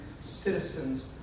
Citizens